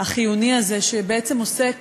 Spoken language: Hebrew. החיוני הזה, שבעצם עוסק